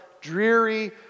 dreary